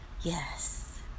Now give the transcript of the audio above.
Yes